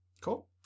Cool